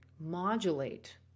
modulate